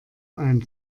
ein